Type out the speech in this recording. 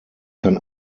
kann